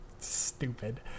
stupid